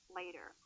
later